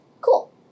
cool